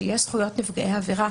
שיש זכויות נפגעי עבירה,